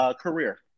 career